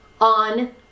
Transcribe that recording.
on